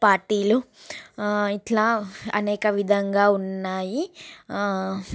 పార్టీలు ఇట్లా అనేక విధంగా ఉన్నాయి